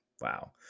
Wow